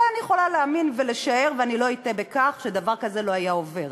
אבל אני יכולה להאמין ולשער ולא אטעה בכך שדבר כזה לא היה עובר.